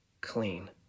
clean